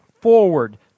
forward